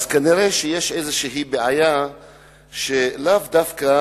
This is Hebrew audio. אז כנראה יש איזו בעיה שהיא לאו דווקא